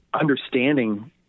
understanding